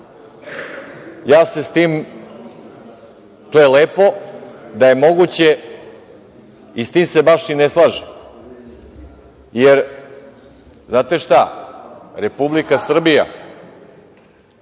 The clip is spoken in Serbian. poslanika. To je lepo, da je moguće i s tim se baš i ne slažem. Jer, znate šta, Republika Srbija